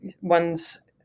one's